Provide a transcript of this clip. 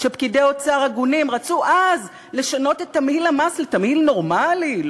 כשפקידי אוצר הגונים רצו אז לשנות את תמהיל המס לתמהיל נורמלי,